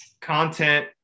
content